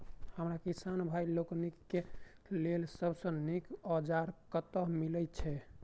हमरा किसान भाई लोकनि केँ लेल सबसँ नीक औजार कतह मिलै छै?